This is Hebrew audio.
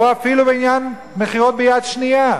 או אפילו בעניין מכירות ביד שנייה.